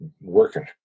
working